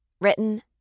Written